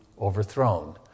overthrown